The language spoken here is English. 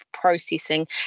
processing